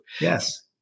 Yes